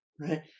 right